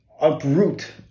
uproot